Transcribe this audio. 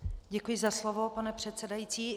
Děkuji za slovo, pane předsedající.